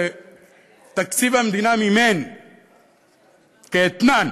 שתקציב המדינה מימן כאתנן